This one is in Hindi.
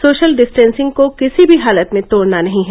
सोशल डिस्टेंसिंग को किसी भी हालत में तोडना नहीं है